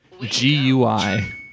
G-U-I